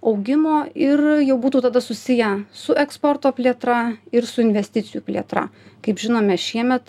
augimo ir jau būtų tada susiję su eksporto plėtra ir su investicijų plėtra kaip žinome šiemet